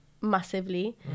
Massively